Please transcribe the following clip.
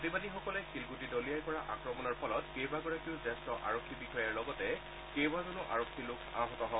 প্ৰতিবাদীসকলে শিলগুটি দলিয়াই কৰা আক্ৰমণৰ ফলত কেইবাগৰাকীও জ্যেষ্ঠ আৰক্ষী বিষয়াৰ লগতে কেইবাজনো আৰক্ষীৰ লোক আহত হয়